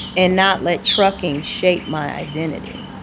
and not let trucking shape my identity.